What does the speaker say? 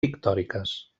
pictòriques